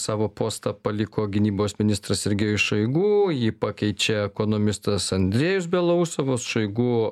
savo postą paliko gynybos ministras sergejus šoigu jį pakeičia ekonomistas andrejus belousovas o šoigu